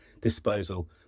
disposal